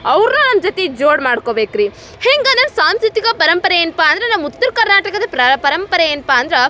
ಅವ್ರನ್ನ ನಮ್ಮ ಜೊತೆ ಜೋಡಿ ಮಾಡ್ಕೋಬೇಕು ರೀ ಹಿಂಗೆ ನಮ್ಮ ಸಾಂಸ್ಕೃತಿಕ ಪರಂಪರೆ ಏನಪ್ಪ ಅಂದ್ರೆ ನಮ್ಮ ಉತ್ತರ ಕರ್ನಾಟಕದ ಪ್ರ ಪರಂಪರೆ ಏನಪ್ಪ ಅಂದ್ರೆ